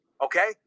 Okay